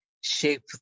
shape